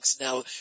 Now